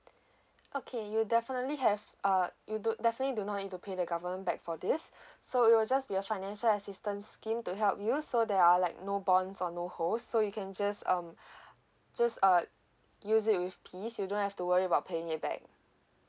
okay you definitely have uh you don't definitely do not need to pay the government back for this so it will just be a financial assistance scheme to help you so there are like no bonds or no hold so you can just um just uh use it with peace you don't have to worry about paying it back